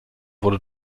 wurde